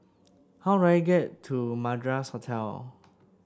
how do I get to Madras Hotel